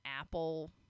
apple